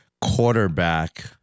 quarterback